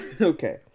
Okay